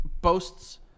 boasts